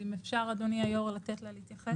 אם אפשר אדוני היושב-ראש, לתת לה להתייחס.